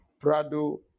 Prado